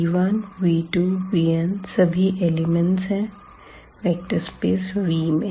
v1v2vn सभी elements है vector space V में